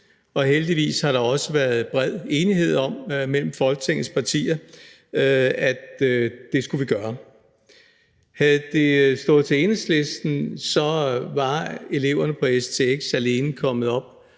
og det har der også været bred enighed om, mellem Folketingets partier, at gøre. Havde det stået til Enhedslisten, var eleverne på stx alene kommet op